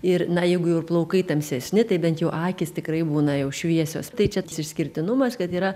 ir na jeigu ir jau plaukai tamsesni tai bent jau akys tikrai būna jau šviesios tai čia tas išskirtinumas kad yra